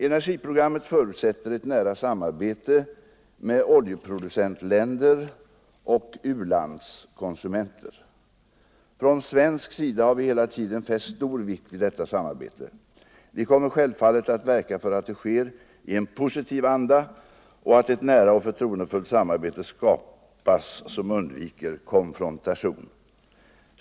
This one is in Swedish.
Energiprogrammet förutsätter ett nära samarbete med oljeproducentländer och u-landskonsumenter. Från svensk sida har vi hela tiden fäst stor vikt vid detta samarbete. Vi kommer självfallet att verka för att det sker i en positiv anda och att ett nära och förtroendefullt samarbete skapas som undviker konfrontation.